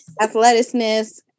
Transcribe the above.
Athleticness